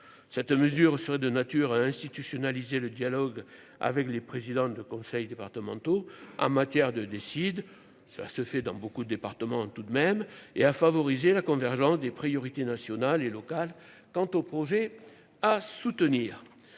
cette mesure serait de nature à institutionnaliser le dialogue avec les présidents de conseils départementaux en matière de décide, ça se fait dans beaucoup de départements tout de même et à favoriser la convergence des priorités nationales et locales quant au projet à soutenir